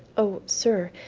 o sir,